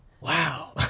wow